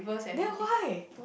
then why